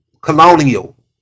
colonial